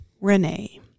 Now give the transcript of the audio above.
Renee